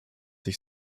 ich